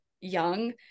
young